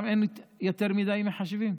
גם אין יותר מדי מחשבים?